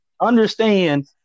understand